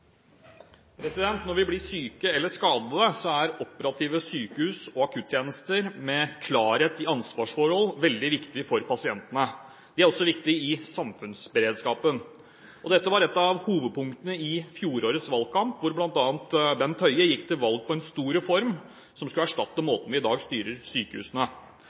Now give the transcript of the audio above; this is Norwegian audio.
Når vi blir syke eller skadet, er operative sykehus og akuttjenester med klarhet i ansvarsforhold veldig viktig for pasientene. Det er også viktig for samfunnsberedskapen. Dette var ett av hovedpunktene i fjorårets valgkamp, hvor bl.a. Bent Høie gikk til valg på en stor reform som skulle erstatte måten vi i dag styrer sykehusene